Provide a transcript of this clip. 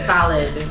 Valid